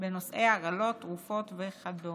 בנושאי הרעלות, תרופות וכדומה.